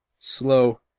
slow,